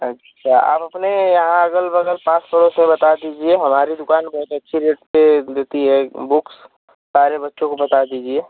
अच्छा आप अपने वहाँ अगल बगल पास पड़ोस में बात दीजिए हमारी दुकान बहुत अच्छी रेट पर देती है बुक्स सारे बच्चों को बता दीजिए